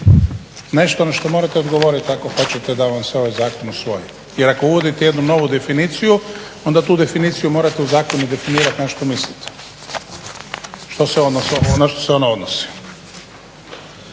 Nešto na što morate odgovorit ako hoćete da vam se ovaj zakon usvoji. Jer ako uvodite jednu novu definiciju onda tu definiciju morate u zakonu definirati na što mislite, na što se ona odnosi.